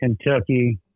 Kentucky